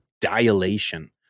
dilation